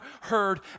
heard